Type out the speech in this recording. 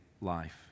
life